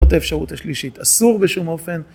זאת אפשרות השלישית אסור בשום אופן.